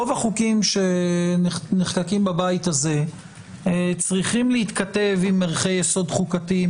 רוב החוקים שנחקקים בבית הזה צריכים להתכתב עם ערכי יסוד חוקתיים